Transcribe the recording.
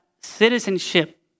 citizenship